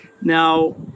Now